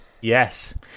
Yes